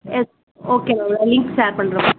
S okay ma'am நான் link share பண்ணுறேன் ma'am